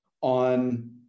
on